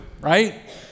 right